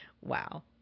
Wow